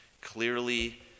clearly